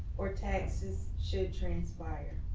or taxes should transpire.